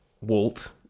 Walt